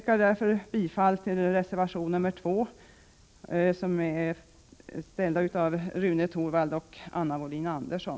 Jag yrkar bifall till reservation nr 2 av Rune Torwald och Anna Wohlin Andersson.